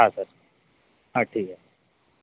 हां सर हं ठीक आहे